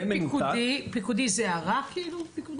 פיקודי זה הערה כאילו?